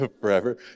Forever